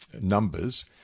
numbers